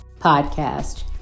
podcast